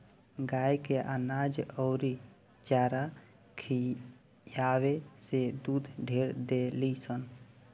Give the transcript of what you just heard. गाय के अनाज अउरी चारा खियावे से दूध ढेर देलीसन